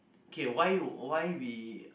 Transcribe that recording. K why would why we